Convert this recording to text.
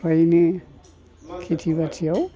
फ्रायनो खेथि बाथिआव